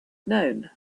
known